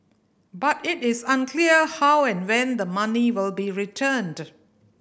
but it is unclear how and when the money will be returned